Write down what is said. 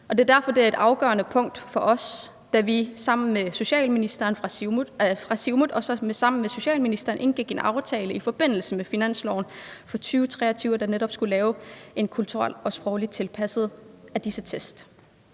derfor, det var et afgørende punkt for os, da vi fra Siumut sammen med socialministeren indgik en aftale i forbindelse med finansloven for 2023, der netop skulle lave en kulturel og sproglig tilpasning af disse test.